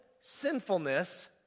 sinfulness